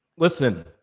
Listen